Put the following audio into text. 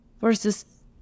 versus